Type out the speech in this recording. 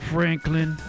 Franklin